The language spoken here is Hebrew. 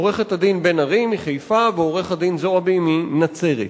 עורכת-הדין בן-ארי מחיפה ועורך-הדין זועבי מנצרת,